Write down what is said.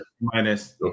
Minus